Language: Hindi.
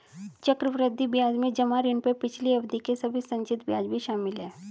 चक्रवृद्धि ब्याज में जमा ऋण पर पिछली अवधि के सभी संचित ब्याज भी शामिल हैं